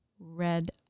Red